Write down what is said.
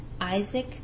Isaac